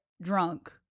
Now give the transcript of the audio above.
drunk